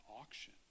auction